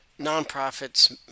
nonprofits